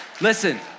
Listen